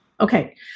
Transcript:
Okay